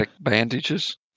bandages